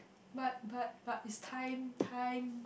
but but but is time time